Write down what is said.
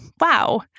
wow